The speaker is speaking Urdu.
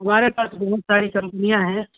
ہمارے پاس بہت ساری کمپنیاں ہیں